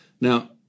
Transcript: Now